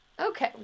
Okay